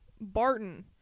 Barton